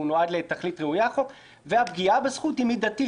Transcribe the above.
הוא נועד לתכלית ראויה והפגיעה בזכות היא מידתית.